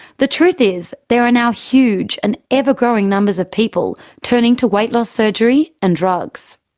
the truth is there are now huge and ever-growing numbers of people turning to weight loss surgery and drugs.